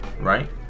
Right